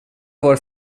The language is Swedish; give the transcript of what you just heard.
vår